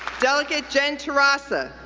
delegate jen terrasa,